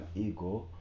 ego